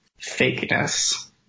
fakeness